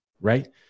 right